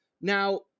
Now